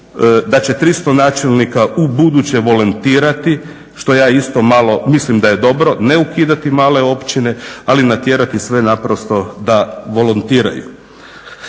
"Da će 300 načelnika ubuduće volontirati ." što ja isto malo, mislim da je dobro, ne ukidati male općine ali natjerati sve naprosto da volontiraju.